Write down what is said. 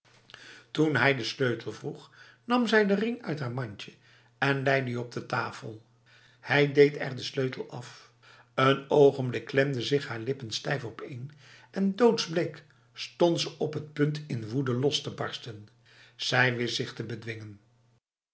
toen hij de sleutel vroeg nam zij de ring uit haar mandje en lei die op de tafel hij deed er de sleutel af een ogenblik klemden zich haar lippen stijf opeen en doodsbleek stond ze op het punt in woede los te barsten zij wist zich te bedwingen